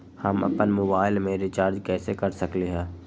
हम अपन मोबाइल में रिचार्ज कैसे कर सकली ह?